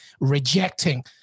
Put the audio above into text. rejecting